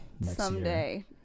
someday